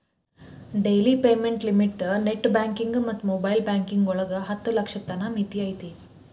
daily payment limit net banking ಮತ್ತ mobile banking ಒಳಗ ಹತ್ತ ಲಕ್ಷದ್ ತನ ಮಿತಿ ಐತಿ